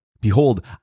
Behold